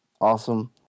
awesome